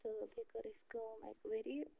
تہٕ بیٚیہِ کٔر اَسہِ کٲم اَکہِ ؤری